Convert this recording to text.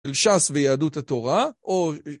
של ש"ס ויהדות התורה, או...